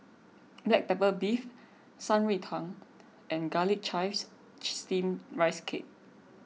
Black Pepper Beef Shan Rui Tang and Garlic Chives Steamed Rice Cake